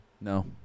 No